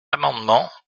amendement